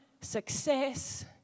success